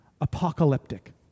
apocalyptic